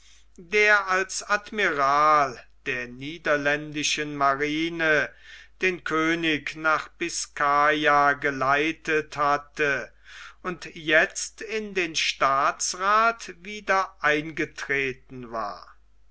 der als admiral der niederländischen marine den könig nach biscaya geleitet hatte und jetzt in den staatsrath wieder eingetreten war